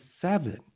seven